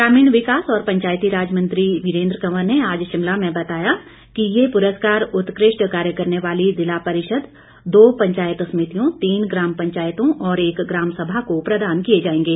ग्रामीण विकास और पंचायती राज मंत्री वीरेंद्र कंवर ने आज शिमला में बताया कि ये पुरस्कार उत्कृष्ट कार्य करने वाली जिला परिषद दो पंचायत समितियों तीन ग्राम पंचायतों और एक ग्राम सभा को प्रदान किए जांएगे